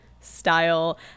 style